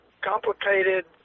complicated